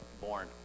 born